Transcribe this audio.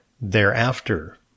thereafter